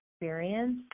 experience